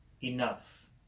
enough